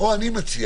מה שאני מציע,